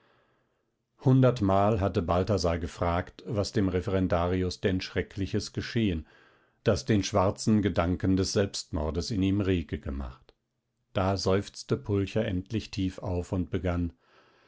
hundertmal hatte balthasar gefragt was dem referendarius denn schreckliches geschehen das den schwarzen gedanken des selbstmordes in ihm rege gemacht da seufzte pulcher endlich tief auf und begann